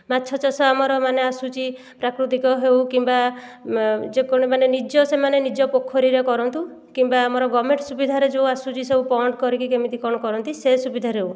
ମାଛ ଚାଷ ଆମର ମାନେ ଆସୁଛି ପ୍ରାକୃତିକ ହେଉ କିମ୍ବା ଯେକୌଣସି ମାନେ ନିଜ ସେମାନେ ନିଜ ପୋଖରୀରେ କରନ୍ତୁ କିମ୍ବା ଆମର ଗଭ୍ମେଣ୍ଟ୍ ସୁବିଧାରେ ଯୋଉ ଆସୁଛି ସବୁ ପଣ୍ଡ୍ କରିକି କେମିତି କ'ଣ କରନ୍ତି ସେ ସୁବିଧାରେ ହେଉ